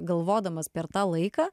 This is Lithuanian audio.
galvodamas per tą laiką